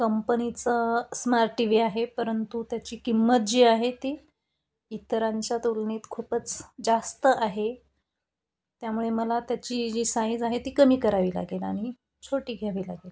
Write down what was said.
कंपनीचं smart TV आहे परंतु त्याची किंमत जी आहे ती इतरांच्या तुलनेत खूपच जास्त आहे त्यामुळे मला त्याची जी साईज आहे ती कमी करावी लागेल आणि छोटी घ्यावी लागेल